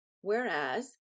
Whereas